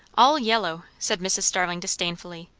all yellow! said mrs. starling disdainfully.